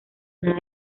nada